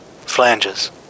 Flanges